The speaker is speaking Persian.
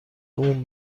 اون